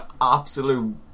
absolute